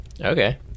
Okay